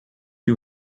you